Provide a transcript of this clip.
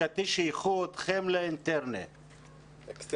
שייכו אתכם לאקסטרני?